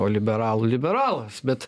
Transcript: o liberalų liberalas bet